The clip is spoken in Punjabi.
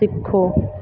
ਸਿੱਖੋ